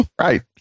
Right